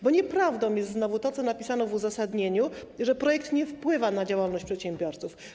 Bo nieprawdą jest znowu to, co napisano w uzasadnieniu, że projekt nie wpływa na działalność przedsiębiorców.